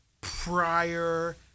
prior